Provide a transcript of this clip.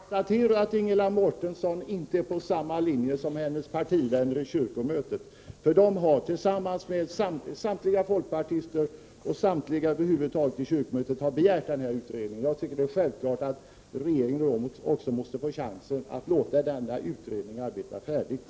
Fru talman! Jag kan bara konstatera att Ingela Mårtensson inte är på samma linje som hennes partivänner på kyrkomötet. Samtliga folkpartister, ja, över huvud taget samtliga på kyrkomötet har ju begärt en utredning. Jag tycker att det är självklart att regeringen då måste låta utredningen arbeta färdigt.